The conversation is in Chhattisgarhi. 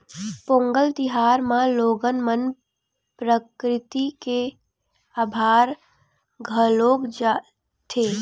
पोंगल तिहार म लोगन मन प्रकरिति के अभार घलोक जताथे